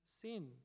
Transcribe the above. sin